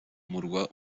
murwa